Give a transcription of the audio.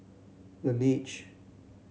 Laneige